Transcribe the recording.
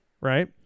right